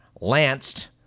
lanced